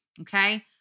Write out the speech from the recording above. Okay